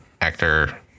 actor